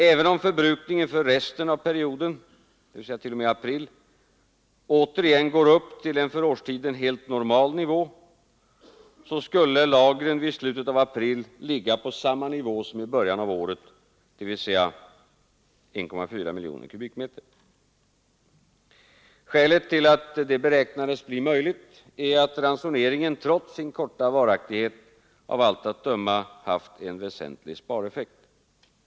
Även om förbrukningen under resten av perioden, dvs. t.o.m. april, åter går upp till en för årstiden helt normal nivå, skulle lagren vid slutet av april ligga på samma nivå som i början av året, dvs. 1,4 miljoner HR Skälet är att ransoneringen trots sin korta varaktighet av allt att döma haft en väsentlig spareffekt.